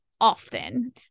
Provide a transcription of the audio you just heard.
often